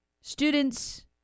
students